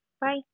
Bye